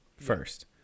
first